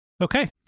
Okay